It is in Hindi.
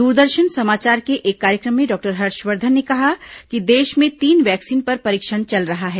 दूरदर्शन समाचार के एक कार्यक्रम में डॉक्टर हर्षवर्धन ने कहा कि देश में तीन वैक्सीन पर परीक्षण चल रहा है